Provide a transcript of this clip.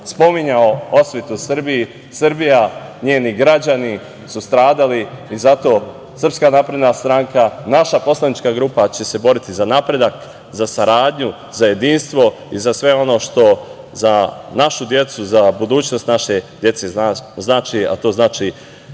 spominjao osvetu Srbiji, Srbija, njeni građani su stradali. Zato Srpska napredna stranka, naša poslanička grupa će se boriti za napredak, za saradnju, za jedinstvo i za sve ono što za našu decu, za budućnost naše dece znači, a to znači